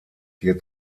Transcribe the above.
hier